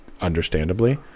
understandably